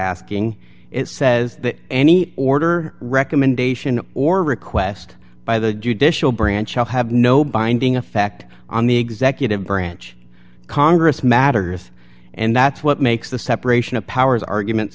asking it says that any order recommendation or request by the judicial branch i'll have no binding effect on the executive branch congress matters and that's what makes the separation of powers argument